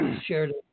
shared